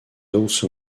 also